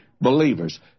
believers